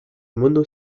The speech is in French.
mono